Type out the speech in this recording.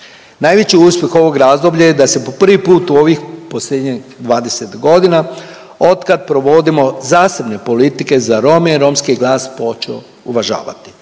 Najveći uspjeh ovog razdoblja je da se po prvi put u ovih posljednjih 20 godina od kad provodimo zasebne politike za Rome i romski glas počeo uvažavati